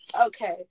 Okay